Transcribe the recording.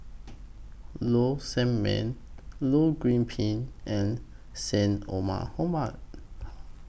Low Sanmay Low Goh Bin and Syed Omar